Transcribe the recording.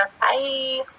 Bye